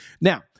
Now